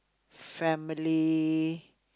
family